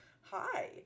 hi